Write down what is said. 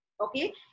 Okay